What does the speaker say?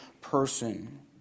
person